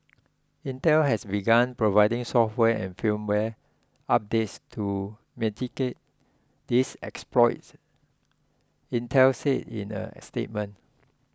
Intel has begun providing software and firmware updates to mitigate these exploits Intel said in a statement